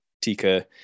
Tika